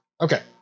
Okay